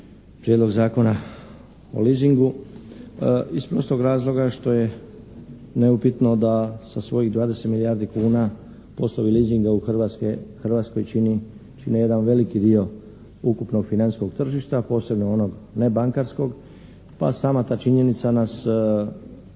prijedlog Zakona o leasingu iz prostog razloga što je neupitno da sa svojih 20 milijardi kuna poslovi leasinga u Hrvatskoj čini jedan veliki dio ukupnog financijskog tržišta, posebno onog nebankarskog, pa sama ta činjenica nas navodi